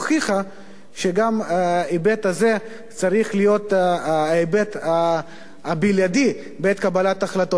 הוכיחה שגם ההיבט הזה צריך להיות ההיבט הבלעדי בעת קבלת ההחלטות.